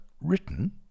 written